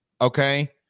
Okay